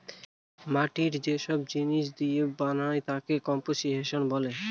মাটি যে সব জিনিস দিয়ে বানায় তাকে কম্পোসিশন বলে